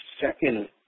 second